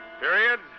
Period